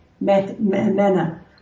manner